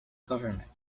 government